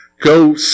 go